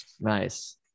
nice